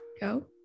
go